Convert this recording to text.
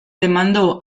demandó